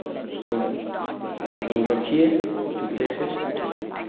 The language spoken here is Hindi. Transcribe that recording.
को दूर रखिये चूल्हे से